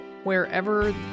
Wherever